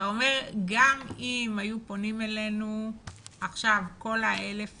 אתה אומר שגם אם היו פונים אליכם עכשיו כל 1,000